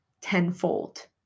tenfold